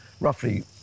roughly